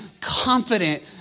confident